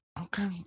Okay